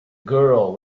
girl